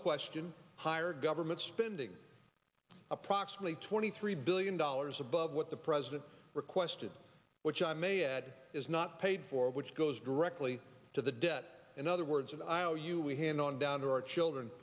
question higher government spending approximately twenty three billion dollars above what the president requested which i may add is not paid for which goes directly to the debt in other words an iou we hand on down to our children